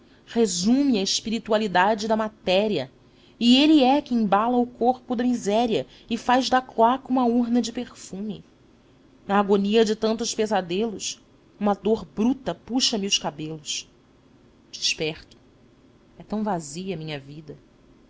resume a espiritualidade da matéria e ele é que embala o corpo da miséria e faz da cloaca uma urna de perfume na agonia de tantos pesadelos uma dor bruta puxa me os cabelos desperto é tão vazia a minha vida